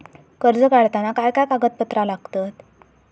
कर्ज काढताना काय काय कागदपत्रा लागतत?